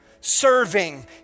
serving